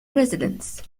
residence